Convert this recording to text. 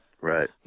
right